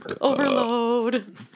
overload